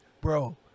Bro